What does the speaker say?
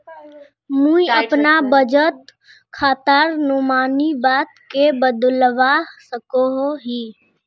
मुई अपना बचत खातार नोमानी बाद के बदलवा सकोहो ही?